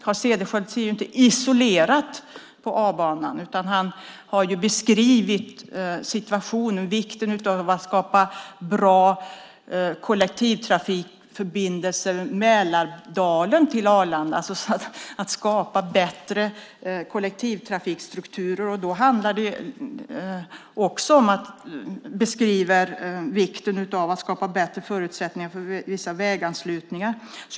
Carl Cederschiöld ser ju inte isolerat på A-banan, utan han har beskrivit situationen och betonat vikten av att skapa bra kollektivtrafikförbindelser mellan Mälardalen och Arlanda. Att skapa bättre kollektivtrafikstrukturer handlar även om att skapa bättre förutsättningar för vissa väganslutningar.